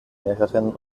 mehreren